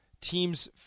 teams